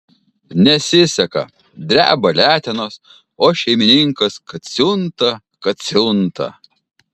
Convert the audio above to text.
nesiseka dreba letenos o šeimininkas kad siunta kad siunta